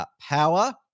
power